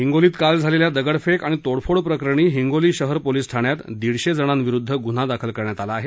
हिंगोली काल झालेल्या दगडफेक आणि तोडफोड प्रकरणी हिंगोली शहर पोलीस ठाण्यात दीडशे जणांविरुदध गुन्हा दाखल करण्यात आला आहे